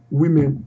women